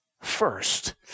first